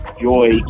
Joy